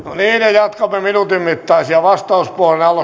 jatkamme minuutin mittaisia vastauspuheenvuoroja